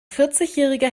vierzigjähriger